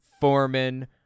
foreman